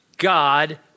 God